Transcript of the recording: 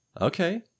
okay